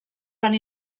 van